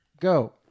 Go